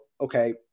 okay